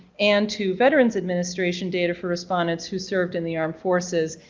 and to veterans administration data for respondents who served in the armed forces.